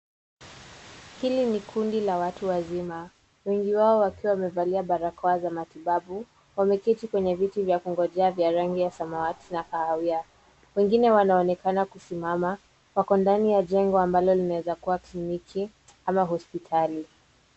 Hili ni kundi la watu wazima wengi wao wakiwa wamevalia barakoa za matibabu. Wameketi kwenye viti vya kungojea vya rangi ya samawati na kahawia. Wengine wanaonekana kusimama, wako ndani ya jengo ambalo linaeza kuwa kliniki ama hospitali.